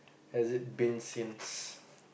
has it been since